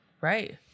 Right